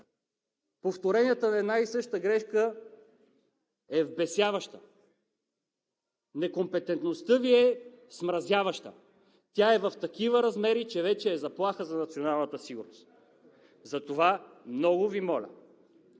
Повторението на една и съща грешка е вбесяваща. Некомпетентността Ви е смразяваща. Тя е в такива размери, че вече е заплаха за националната сигурност. Затова много Ви моля,